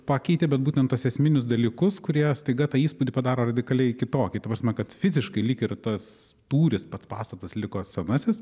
pakeitė bet būtent tuos esminius dalykus kurie staiga tą įspūdį padaro radikaliai kitokį ta prasme kad fiziškai lyg ir tas tūris pats pastatas jis liko senasis